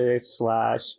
slash